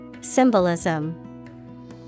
Symbolism